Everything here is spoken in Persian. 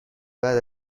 بعد